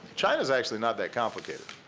china's actually not that complicated.